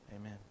Amen